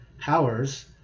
powers